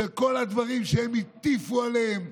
של כל הדברים שהם הטיפו עליהם,